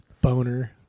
boner